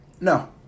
No